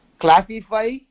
classify